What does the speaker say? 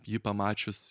jį pamačius